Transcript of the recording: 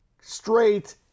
straight